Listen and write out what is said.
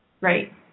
Right